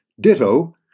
ditto